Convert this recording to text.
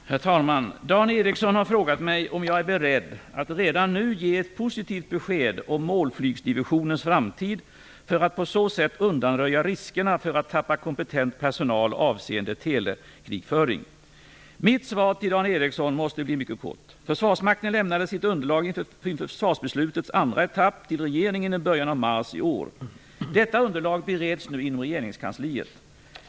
Herr talman! Dan Ericsson har frågat mig om jag är beredd att redan nu ge ett positivt besked om målflygsdivisionens framtid för att på så sätt undanröja riskerna för att tappa kompetent personal avseende telekrigföring. Mitt svar till Dan Ericsson måste bli mycket kort. Försvarsmakten lämnade sitt underlag inför försvarsbeslutets andra etapp till regeringen i början av mars i år. Detta underlag bereds nu inom regeringskansliet.